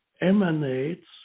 emanates